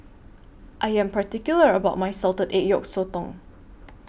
I Am particular about My Salted Egg Yolk Sotong